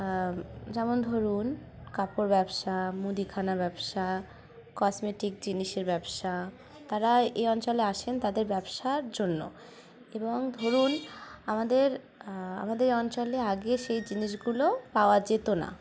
যেমন ধরুন কাপড় ব্যবসা মুদিখানা ব্যবসা কসমেটিক জিনিসের ব্যবসা তারা এই অঞ্চলে আসেন তাদের ব্যবসার জন্য এবং ধরুন আমাদের আমাদের এই অঞ্চলে আগে সেই জিনিসগুলো পাওয়া যেত না